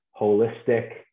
holistic